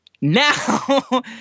Now